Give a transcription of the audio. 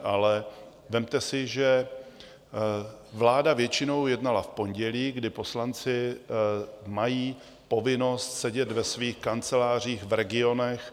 Ale vezměte si, že vláda většinou jednala v pondělí, kdy poslanci mají povinnost sedět ve svých kancelářích v regionech.